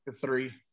three